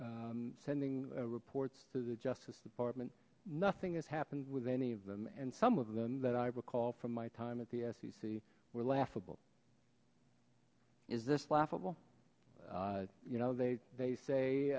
about sending reports to the justice department nothing has happened with any of them and some of them that i recall from my time at the sec were laughable is this laughable you know they they say